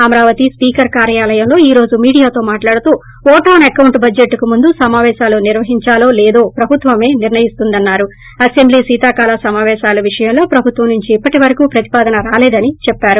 Amaravati speaker కార్యాలయంలో ఈ రోజు మీడియతో మాట్లాడుతూ ఓటాన్ అకౌంట్ బడ్షెట్ కి ముందు సమాపేశాలు నిర్వహించాలో లేదో ప్రభుత్వమే నిర్ణయిస్తుందన్నారు అసెంబ్లీ శీతాకాల సమాపేశాలు విషయంలో ప్రభుత్వం నుంచి ఇప్పటి వరకు ప్రతిపాదస రాలేదని చెప్పారు